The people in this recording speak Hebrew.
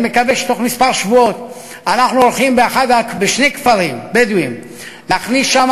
אני מקווה שבתוך כמה שבועות אנחנו הולכים בשני כפרים בדואיים להכניס שם,